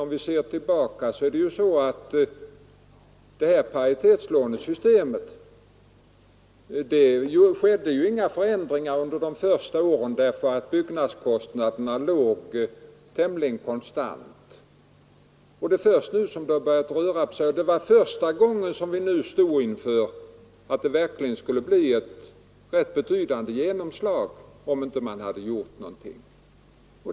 Om vi ser tillbaka, finner vi nämligen att det i fråga om paritetslånesystemet inte skedde några förändringar under de första åren, därför att byggnadskostnaderna låg på en tämligen konstant nivå. Det är först nu som det har börjat röra på sig; det var första gången som vi nu stod inför att det verkligen skulle bli ett rätt betydande genomslag, om man inte gjorde någonting.